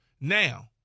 now